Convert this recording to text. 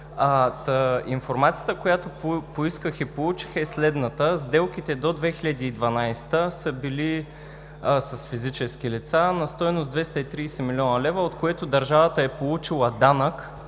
информацията, която поисках и получих, е следната. Сделките до 2012 г. с физически лица са били на стойност 230 млн. лв., от които държавата е получила данък